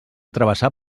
travessar